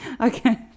Okay